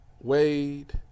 Wade